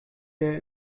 der